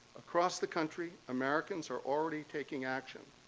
across the country, americans are already taking action.